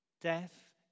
Death